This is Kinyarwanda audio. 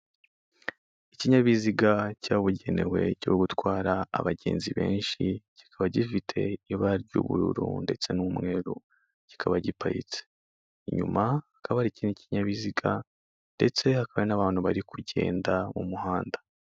Ikinyabiziga cyabugenewe cyo gutwara abagenzi benshi kikaba gifite ibara ry'ubururu ndetse n'umweru, kikaba giparitse, inyuma hakaba hari ikindi kinkinyabiziga ndetse hakaba n'abantu bari kugenda mu muhanda.